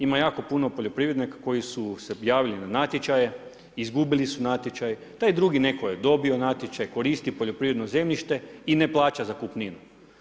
Ima jako puno poljoprivrednika koji su se javili na natječaje, izgubili su natječaj, taj drugi netko je dobio natječaj, koristi poljoprivredno zemljište i ne plaća zakupninu.